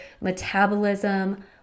metabolism